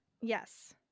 Yes